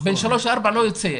בן 3 או 4 לא יוצא.